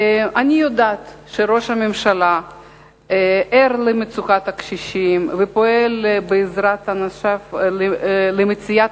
אני יודעת שראש הממשלה ער למצוקת הקשישים ופועל בעזרת אנשיו למציאת